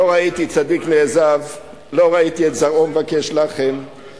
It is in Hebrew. לא ראיתי צדיק נעזב ולא ראיתי את זרעו מבקש לחם,